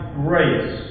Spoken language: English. grace